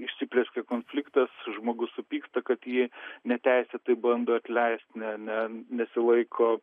įsiplieskia konfliktas žmogus supyksta kad jį neteisėtai bando atleisti ne nesilaiko